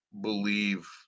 believe